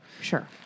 Sure